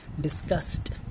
discussed